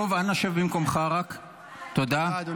לא כאלו שמנסים להשמיד אותנו -- למה לא ביטלתם את ההסכם?